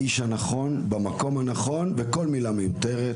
האיש הנכון במקום הנכון וכל מילה מיותרת.